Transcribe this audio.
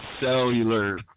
cellular